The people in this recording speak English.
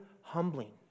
humbling